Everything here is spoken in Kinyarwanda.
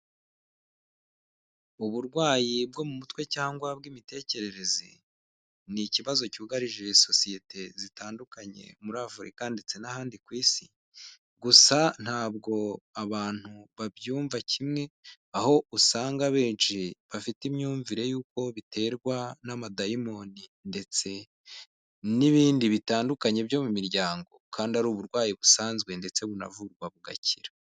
Uburwayi bwo mu mutwe cyangwa bw'imitekerereze ni ikibazo cyugarije sosiyete zitandukanye muri Afurika ndetse n'ahandi ku isi, gusa ntabwo abantu babyumva kimwe, aho usanga abenshi bafite imyumvire y'uko biterwa n'amadayimoni ndetse n'ibindi bitandukanye byo mu miryango kandi ari uburwayi busanzwe ndetse bunavugwa bugakira.